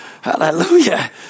Hallelujah